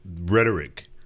rhetoric